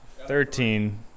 Thirteen